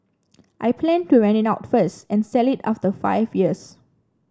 I plan to rent it out first and sell it after five years